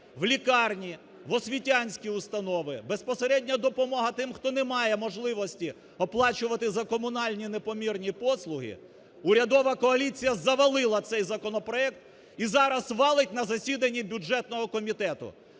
в лікарні, в освітянські установи, безпосередньо допомога тим, хто не має можливості оплачувати за комунальні непомірні послуги, урядова коаліція завалила цей законопроект і зараз валить на засідання бюджетного комітету.